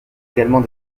également